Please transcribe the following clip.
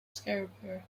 scarborough